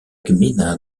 gmina